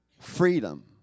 freedom